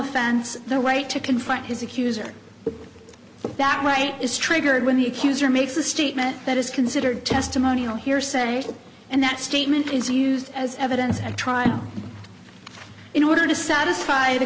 offense the right to confront his accuser that right is triggered when the accuser makes a statement that is considered testimonial hearsay and that statement is used as evidence at trial in order to satisfy the